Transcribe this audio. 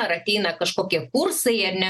ar ateina kažkokie kursai ar ne